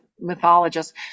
mythologist